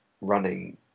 running